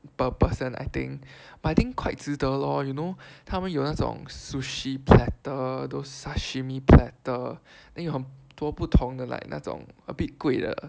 per person I think but I think quite 值得 lor you know 他们有那种 sushi platter those sashimi platter then 又很多不同的 like 那种 a bit 贵的